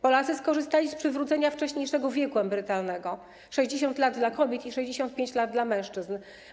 Polacy skorzystali z przywrócenia wcześniejszego wieku emerytalnego: 60 lat dla kobiet i 65 lat dla mężczyzn.